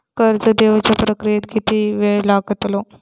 कर्ज देवच्या प्रक्रियेत किती येळ लागतलो?